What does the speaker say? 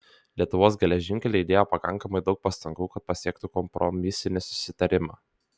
lietuvos geležinkeliai įdėjo pakankamai daug pastangų kad pasiektų kompromisinį susitarimą